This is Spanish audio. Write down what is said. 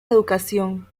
educación